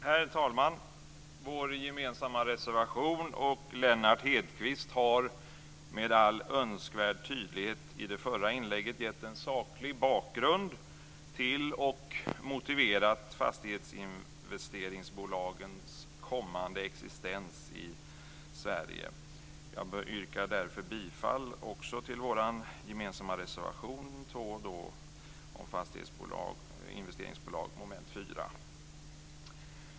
Herr talman! Vi har en gemensam reservation, och Lennart Hedquist har med all önskvärd tydlighet i sitt tidigare inlägg gett en saklig bakgrund till och motiverat fastighetsinvesteringsbolagens kommande existens i Sverige. Jag yrkar därför bifall till vår gemensamma reservation nr 2 under mom. 4 om fastighetsinvesteringsbolag.